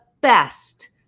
best